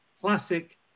classic